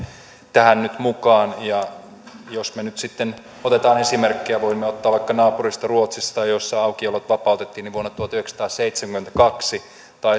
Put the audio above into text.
tähän nyt mukaan jos me nyt sitten otamme esimerkkiä voimme ottaa vaikka naapurista ruotsista missä aukiolot vapautettiin vuonna tuhatyhdeksänsataaseitsemänkymmentäkaksi tai